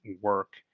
work